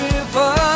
River